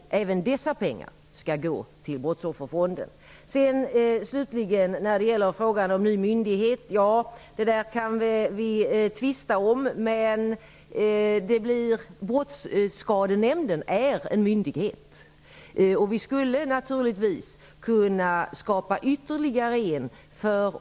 Även dessa pengar skall gå till Frågan huruvida det blir en ny myndighet kan vi tvista om. Brottsskadenämnden är dock en myndighet. Vi skulle naturligtvis kunna skapa ytterligare en.